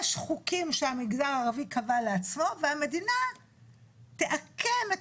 יש חוקים שהמגזר הערבי קבע לעצמו והמדינה תעקם את